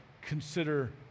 consider